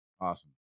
Awesome